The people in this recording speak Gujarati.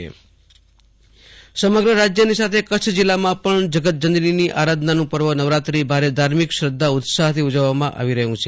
આશુતોષ અંતાણી નવરાત્રિ કચ્છ સમગ્ર રાજ્યની સાથે કચ્છ જિલ્લામાં પણ જગત જનનીની આરાધનાનું પર્વ નવરાત્રિ ભારે ધાર્મિક શ્રધ્ધા ઉત્સાહથી ઉજવવામાં આવી રહ્યું છે